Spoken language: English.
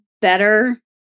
better